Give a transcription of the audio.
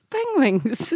Penguins